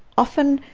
often,